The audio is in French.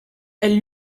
elle